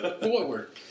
Forward